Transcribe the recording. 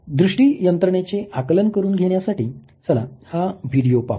दृष्टी यंत्रणेचे आकलन करून घेण्यासाठी चला हा व्हिडिओ पाहू